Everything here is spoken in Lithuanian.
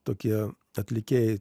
tokie atlikėjai